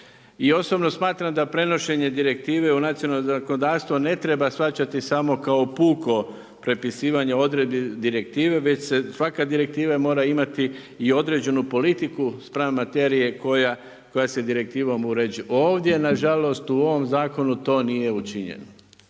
I osobno smatram da prenošenje direktive u nacionalno zakonodavstvo ne treba shvaćati samo kao puko prepisivanje odredbi direktive već svaka direktiva mora imati i određenu politiku spram materije koja se direktivnom uređuje. Ovdje na žalost u ovom zakonu to nije učinjeno.